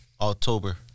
October